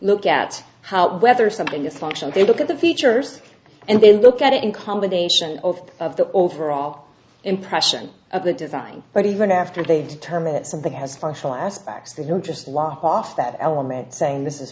look at how whether something is functional they look at the features and they look at it in combination of the overall impression of the design but even after they determine that something has functional aspects they don't just walk off that element saying this is